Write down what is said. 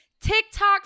TikTok